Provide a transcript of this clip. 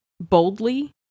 boldly